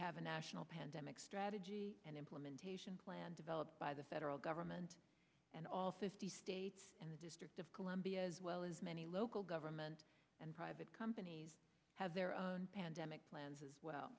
have a national pandemic strategy and implementation plan developed by the federal government and all fifty states and the district of columbia as well as many local governments and private companies have their own pandemic plans as well